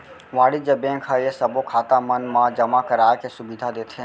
वाणिज्य बेंक ह ये सबो खाता मन मा जमा कराए के सुबिधा देथे